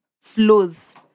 flows